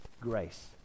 grace